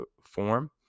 form